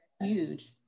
huge